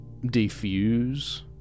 defuse